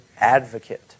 advocate